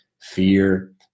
fear